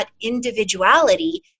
individuality